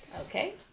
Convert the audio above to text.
Okay